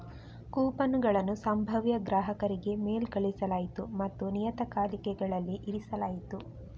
ಕೂಪನುಗಳನ್ನು ಸಂಭಾವ್ಯ ಗ್ರಾಹಕರಿಗೆ ಮೇಲ್ ಕಳುಹಿಸಲಾಯಿತು ಮತ್ತು ನಿಯತಕಾಲಿಕೆಗಳಲ್ಲಿ ಇರಿಸಲಾಯಿತು